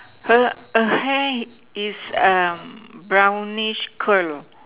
her err hair is um brownish curl